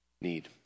need